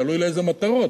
תלוי לאיזה מטרות.